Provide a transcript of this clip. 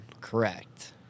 Correct